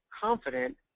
confident